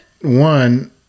one